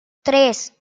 tres